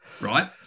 right